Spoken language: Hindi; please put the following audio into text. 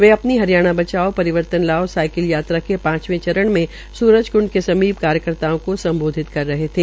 वे अपनी हरियाणा बचाओं परिवर्तन लाओ साइकिल यात्रा के पांचवे चरण मे सूरजकृंड के समीप कार्यकर्ताओं को सम्बोधित कर रहे थे